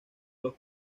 los